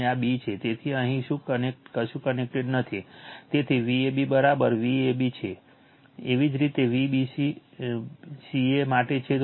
અને આ B છે તેથી અહીં કશું કનેક્ટેડ નથી તેથી Vab Vab છે એવી જ રીતે BC CA માટે છે